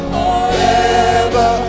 forever